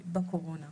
בקורונה.